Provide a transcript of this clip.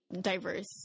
diverse